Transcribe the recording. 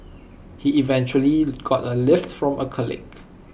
he eventually got A lift from A colleague